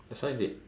that's why they